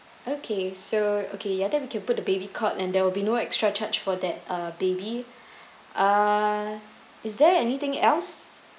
okay so okay ya then we can put the baby cot and there will be no extra charge for that uh baby uh is there anything else